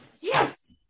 Yes